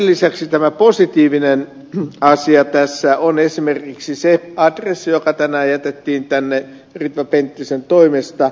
lisäksi positiivinen asia tässä on esimerkiksi se adressi joka tänään jätettiin tänne ritva penttisen toimesta